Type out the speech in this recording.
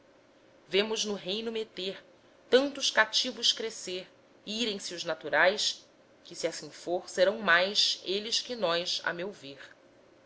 vemos no reyno metter tantos captivos crescer irem se os naturaes que se assim for serão mais elles que nós a meu ver